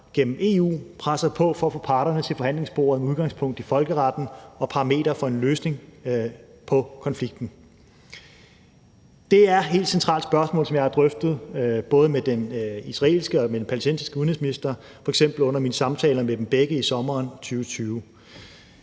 gennem EU presser på for at få parterne til forhandlingsbordet med udgangspunkt i folkeretten og parameter for en løsning på konflikten. Det er et helt centralt spørgsmål, som jeg har drøftet både med den israelske og med den palæstinensiske udenrigsminister, f.eks. under mine samtaler med dem begge i sommeren 2020.